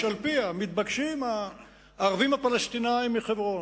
שעל-פיה מתבקשים הערבים הפלסטינים מחברון,